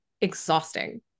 exhausting